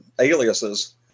aliases